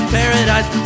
paradise